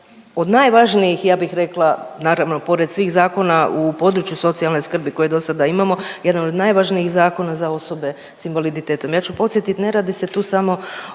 od najvažnijih ja bih rekla, naravno pored svih zakona u području socijalne skrbi koje do sada imamo, jedan od najvažnijih zakona za osobe s invaliditetom. Ja ću podsjetit, ne radi se tu samo